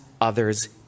others